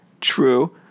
true